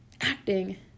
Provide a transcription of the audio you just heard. acting